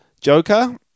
Joker